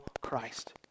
Christ